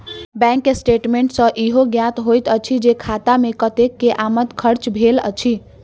bank statement सॅ ईहो ज्ञात होइत अछि जे खाता मे कतेक के आमद खर्च भेल अछि